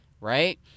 right